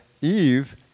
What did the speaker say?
Eve